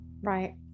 right